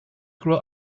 grow